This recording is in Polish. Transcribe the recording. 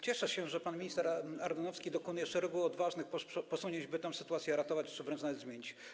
Cieszę się, że pan minister Ardanowski dokonuje szeregu odważnych posunięć, by tę sytuację ratować czy nawet zmienić.